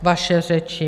Vaše řeči?